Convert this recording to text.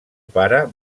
pare